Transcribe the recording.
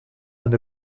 and